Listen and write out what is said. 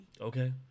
Okay